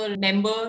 member